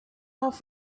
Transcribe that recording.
off